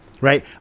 Right